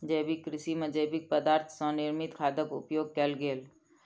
जैविक कृषि में जैविक पदार्थ सॅ निर्मित खादक उपयोग कयल गेल